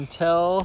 tell